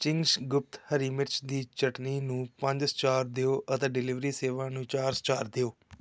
Ching's ਗੁਪਤ ਹਰੀ ਮਿਰਚ ਦੀ ਚਟਣੀ ਨੂੰ ਪੰਜ ਸਟਾਰ ਦਿਓ ਅਤੇ ਡਿਲੀਵਰੀ ਸੇਵਾ ਨੂੰ ਚਾਰ ਸਟਾਰ ਦਿਓ